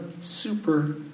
super